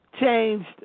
changed